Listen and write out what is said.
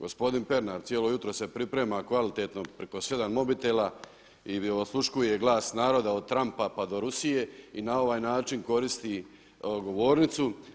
Gospodin Pernar cijelo jutro se priprema kvalitetno preko 7 modela i gdje osluškuje glas naroda od Trampa pa do Rusije i na ovaj način koristi govornicu.